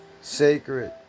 sacred